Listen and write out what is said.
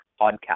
Podcast